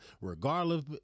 regardless